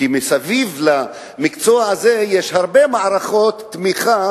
כי מסביב למקצוע הזה יש הרבה מערכות תמיכה